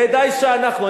כדאי שאנחנו,